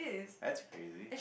that's crazy